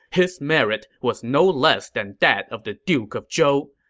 his merit was no less than that of the duke of zhou.